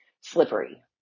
slippery